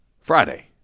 Friday